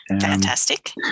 fantastic